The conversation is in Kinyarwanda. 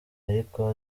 ariko